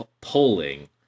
polling